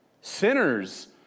sinners